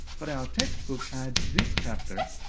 but our textbook adds this chapter,